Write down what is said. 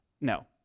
no